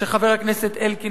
שחבר הכנסת אלקין,